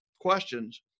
questions